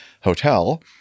Hotel